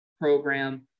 program